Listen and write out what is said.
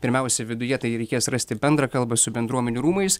pirmiausia viduje tai reikės rasti bendrą kalbą su bendruomenių rūmais